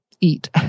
eat